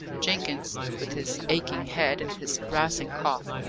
jenkins, with his aching head and his harassing cough,